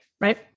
right